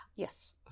Yes